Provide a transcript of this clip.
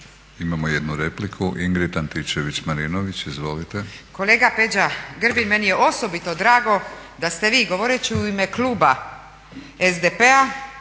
Izvolite. **Antičević Marinović, Ingrid (SDP)** Kolega Peđa Grbin, meni je osobito drago da ste vi govoreći u ime kluba SDP-a,